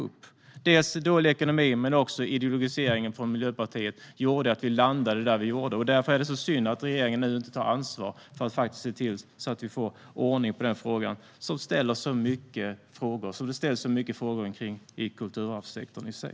Det var dels dålig ekonomi, dels ideologiseringen från Miljöpartiet som ledde till att vi landade där vi gjorde. Därför är det synd att regeringen nu inte tar ansvar för att se till att vi får ordning på detta, som det ställs så många frågor om i kulturarvssektorn i sig.